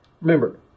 Remember